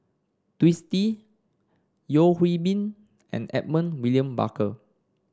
Twisstii Yeo Hwee Bin and Edmund William Barker